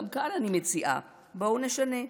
גם כאן אני מציעה, בואו נשנה.